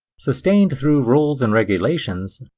sustained through rules and regulations,